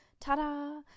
Ta-da